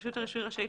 רשות הרישוי רשאית,